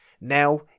Now